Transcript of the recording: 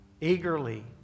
eagerly